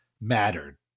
mattered